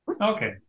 Okay